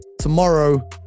tomorrow